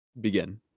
Begin